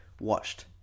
watched